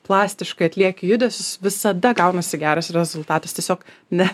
plastiškai atlieki judesius visada gaunasi geras rezultatas tiesiog ne